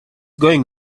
going